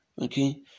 Okay